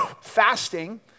fasting